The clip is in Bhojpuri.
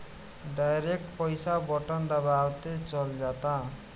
डायरेक्ट पईसा बटन दबावते चल जाता